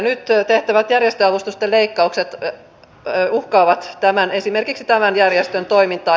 nyt tehtävät järjestöavustusten leikkaukset uhkaavat esimerkiksi tämän järjestön toimintaa